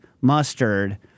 mustard